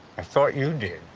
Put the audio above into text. i thought you did?